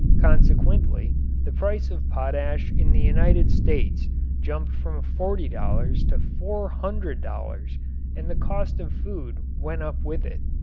consequently the price of potash in the united states jumped from forty dollars to four hundred dollars and the cost of food went up with it.